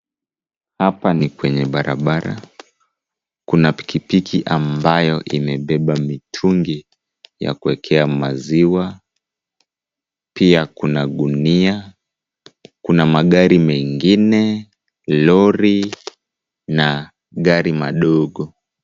Hapa ni kwenye barabara kuna pikipiki ambayo imebeba mitungi ya kuwekea maziwa, pia kuna gunia, kuna magari mengine, lori na magari madogo.